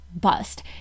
bust